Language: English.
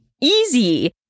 easy